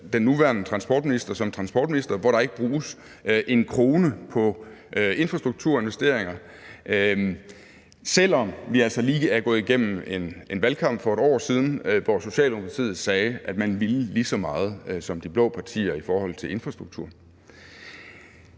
den nuværende transportminister som transportminister, hvor der ikke bruges en krone på infrastrukturinvesteringer, selv om vi altså lige er gået igennem en valgkamp, for et år siden, hvor Socialdemokratiet sagde, at man ville lige så meget som de blå partier i forhold til infrastruktur.